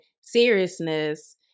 seriousness